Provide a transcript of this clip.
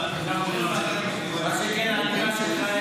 בהתאם לסעיף 97(ד) לתקנון הכנסת,